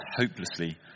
hopelessly